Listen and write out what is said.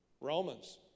Romans